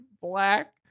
black